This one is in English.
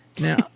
Now